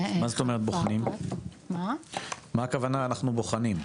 מה הכוונה אנחנו בוחנים?